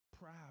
proud